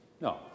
No